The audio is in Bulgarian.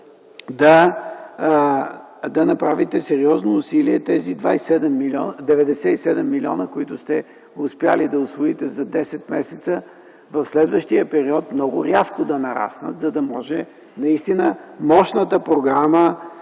да направите сериозни усилия тези 97 млн., които сте успели да усвоите за десет месеца, в следващия период много рязко да нарастват, за да може наистина мощната програма